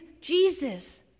Jesus